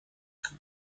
как